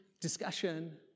discussion